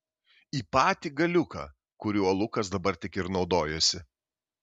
į patį galiuką kuriuo lukas dabar tik ir naudojosi